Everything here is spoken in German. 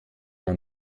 man